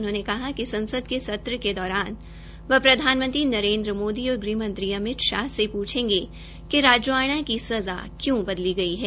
उन्होंने कहा कि संसद के सत्र के दौरान वह प्रधानमंत्री नरेन्द्र मोदी और गृहमंत्री अमित शाह से पूछेंगे कि राजोआणा सज़ा क्यू बदल गई है